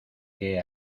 que